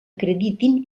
acreditin